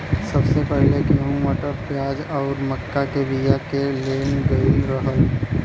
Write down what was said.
सबसे पहिले गेंहू, मटर, प्याज आउर मक्का के बिया के ले गयल रहल